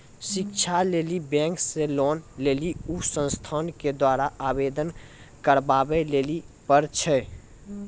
शिक्षा लेली बैंक से लोन लेली उ संस्थान के द्वारा आवेदन करबाबै लेली पर छै?